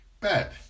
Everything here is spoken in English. bad